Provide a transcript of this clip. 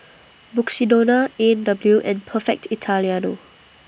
Mukshidonna A and W and Perfect Italiano